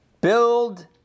build